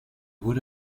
wurde